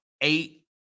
eight